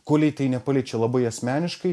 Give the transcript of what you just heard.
kolei tai nepaliečia labai asmeniškai